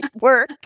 work